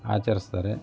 ಆಚರಿಸ್ತಾರೆ